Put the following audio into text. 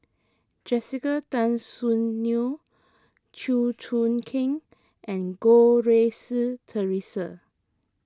Jessica Tan Soon Neo Chew Choo Keng and Goh Rui Si theresa